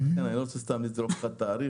ואני לא רוצה לזרוק לך סתם תאריך.